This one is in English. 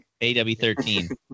AW13